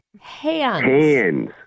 Hands